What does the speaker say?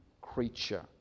creature